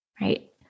right